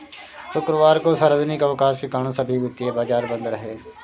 शुक्रवार को सार्वजनिक अवकाश के कारण सभी वित्तीय बाजार बंद रहे